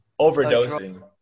overdosing